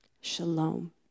Shalom